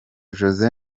jose